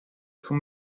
vom